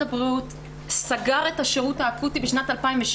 הבריאות סגר את השירות האקוטי בשנת 2016,